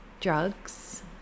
drugs